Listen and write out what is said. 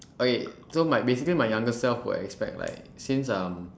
okay so my basically my younger self will expect like since um